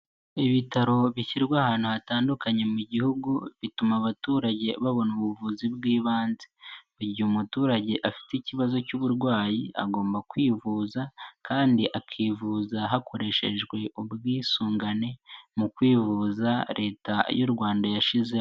Ibitaro bishyirwa ahantu hatandukanye mu gihugu, bituma abaturage babona ubuvuzi bw'ibanze. Mu igihe umuturage afite ikibazo cy'uburwayi agomba kwivuza, kandi akivuza hakoreshejwe ubwisungane mu kwivuza Leta y'u Rwanda yashyizemo.